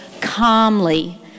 calmly